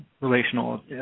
relational